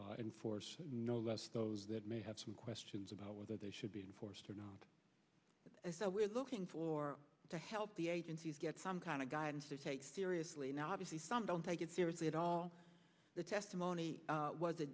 enforced no less those that may have some questions about whether they should be forced or not and so we're looking for to help the agencies get some kind of guidance to take seriously now obviously some don't take it seriously at all the testimony